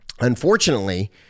unfortunately